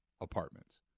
apartments